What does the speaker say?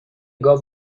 گاو